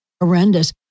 horrendous